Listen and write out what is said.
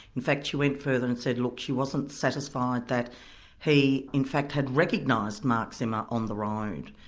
in fact she went further and said look, she wasn't satisfied that he in fact had recognised mark zimmer on the road,